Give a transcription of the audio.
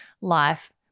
life